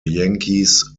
yankees